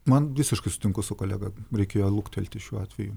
man visiškai sutinku su kolega reikėjo luktelti šiuo atveju